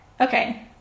okay